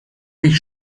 mich